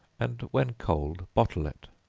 and when cold, bottle it.